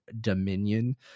dominion